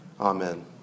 amen